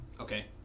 Okay